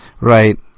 Right